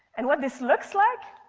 and what this looks like,